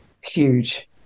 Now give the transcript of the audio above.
huge